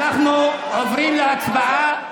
אנחנו עוברים להצבעה.